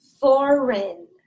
foreign